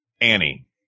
Annie